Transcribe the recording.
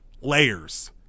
layers